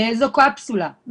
באיזו קפסולה,